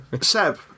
Seb